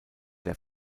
der